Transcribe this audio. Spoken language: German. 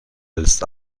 als